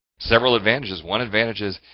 several advantages. one advantage is,